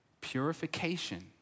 purification